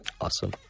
Awesome